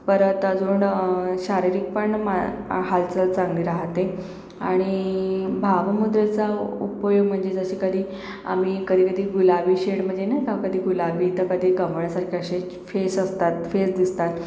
परत अजून शारीरिक पण मा हालचाल चांगली राहते आणि भावमुद्रेचा उपयोग म्हणजे जशी कधी आम्ही कधी कधी गुलाबी शेड म्हणजे नाही का कधी गुलाबी तर कधी कमळासारखे असे फेस असतात फेस दिसतात